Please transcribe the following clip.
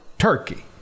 turkey